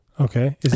Okay